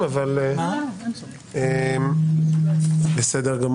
תוצאה מעשית של הרפורמה הזאת היא הסרת מגבלות